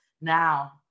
now